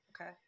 Okay